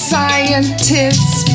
Scientists